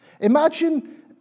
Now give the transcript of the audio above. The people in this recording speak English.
Imagine